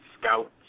scout